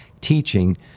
teaching